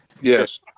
Yes